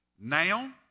Now